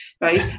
Right